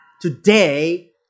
today